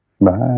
Bye